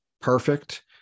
perfect